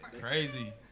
crazy